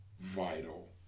vital